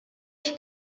się